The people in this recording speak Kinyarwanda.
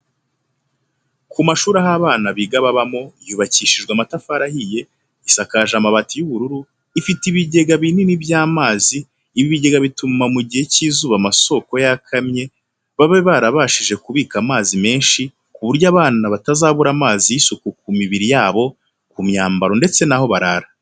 Ku mashuri aho abana biga babamo, yubakishijwe amatafari ahiye, isakaje amabati y'ubururu, ifite ibigega binini by'amazi, ibi bigega bituma mu gihe cy'izuba amasoko yakamye babe barabashije kubika amazi menshi ku buryo abana batazabura amazi y'isuku ku mibiri yabo, ku myambaro, ndetse n'aho barara.